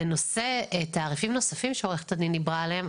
לנושא תעריפים נוספים שעו"ד הר אבן דיברה עליהם,